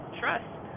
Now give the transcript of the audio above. trust